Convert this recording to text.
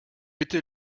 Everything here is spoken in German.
bitte